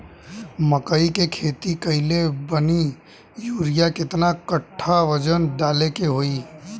मकई के खेती कैले बनी यूरिया केतना कट्ठावजन डाले के होई?